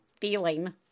feeling